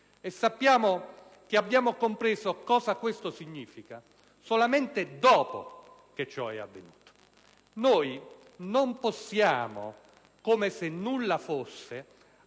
Sappiamo che abbiamo compreso cosa questo significa solamente dopo che ciò è avvenuto. Noi non possiamo, come se nulla fosse,